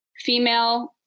female